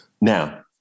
Now